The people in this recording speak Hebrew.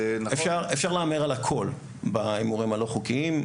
אפשר להמר על הכול בהימורים הלא חוקיים,